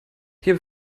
hier